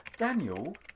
Daniel